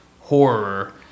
horror